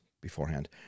beforehand